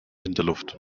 winterluft